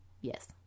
Yes